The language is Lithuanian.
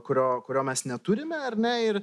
kurio kurio mes neturime ar ne ir